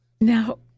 Now